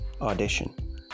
audition